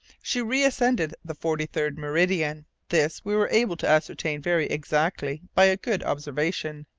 she reascended the forty-third meridian this we were able to ascertain very exactly by a good observation.